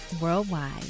worldwide